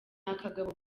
akagabo